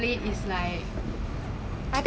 but she buy for me rollerblade you know how to rollerblade not